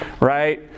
right